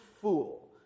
fool